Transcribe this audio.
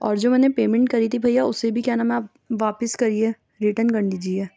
اور جو میں نے پیمینٹ کری تھی بھیا اُسے بھی کیا نام ہے آپ واپس کریے ریٹرن کر دیجیے